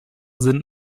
sind